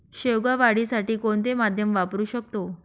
शेवगा वाढीसाठी कोणते माध्यम वापरु शकतो?